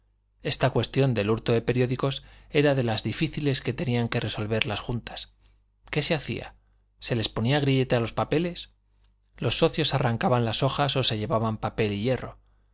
esta cuestión del hurto de periódicos era de las difíciles que tenían que resolver las juntas qué se hacía se les ponía grillete a los papeles los socios arrancaban las hojas o se llevaban papel y hierro